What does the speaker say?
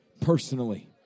personally